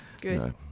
Good